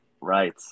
Right